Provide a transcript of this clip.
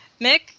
Mick